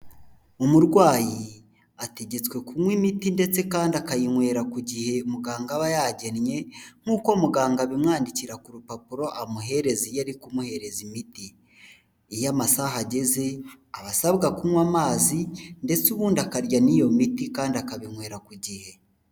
Umurwayi ategetswe kunywa imiti ndetse kandi akayinywera ku gihe muganga aba yagennye nk'uko muganga abimwandikira ku rupapuro amuhereza iyo ari kumuhereza imiti, iyo amasaha ageze aba asabwa kunywa amazi ndetse ubundi akarya n'iyo miti kandi akabinywera ku gihe.